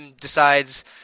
decides